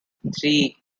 three